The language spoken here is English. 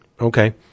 Okay